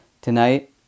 Tonight